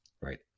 right